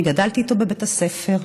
אני גדלתי איתו בבית הספר,